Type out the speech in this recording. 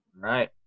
right